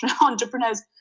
entrepreneur's